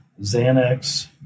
Xanax